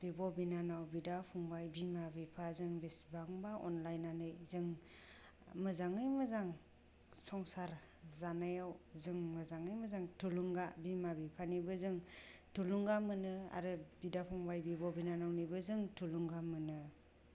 बिब' बिनानाव बिदा फंबाइ बिमा बिफा जों बिसिबांबा अनलायनानै जों मोजाङै मोजां संसार जानायाव जों मोजाङै मोजां थुलुंगा बिमा बिफानिबो जों थुलुंगा मोनो आरो बिदा फंबाइ बिब' बिनानाव निबो जों थुलुंगा मोनो